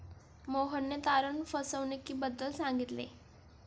मोहनने तारण फसवणुकीबद्दल सांगितले